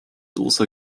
also